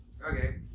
Okay